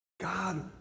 God